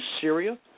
Syria